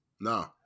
No